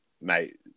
mate